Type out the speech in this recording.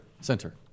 Center